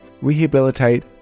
rehabilitate